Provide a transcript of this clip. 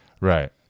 Right